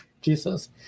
Jesus